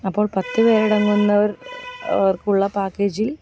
അപ്പോൾ പത്ത് പേരടങ്ങുന്നവർക്കുള്ള പാക്കേജിൽ